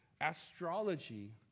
Astrology